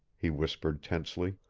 he whispered tensely.